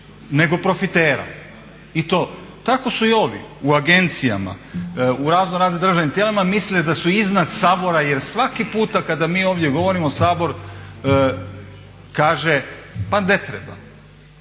nego profitera. I to, tako su i ovi u agencijama, u razno raznim državnim tijelima mislili da su iznad Sabora jer svaki puta kada mi ovdje govorimo Sabor kaže pa ne treba.